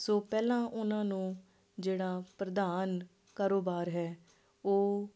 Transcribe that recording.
ਸੋ ਪਹਿਲਾਂ ਉਹਨਾਂ ਨੂੰ ਜਿਹੜਾ ਪ੍ਰਧਾਨ ਕਾਰੋਬਾਰ ਹੈ ਉਹ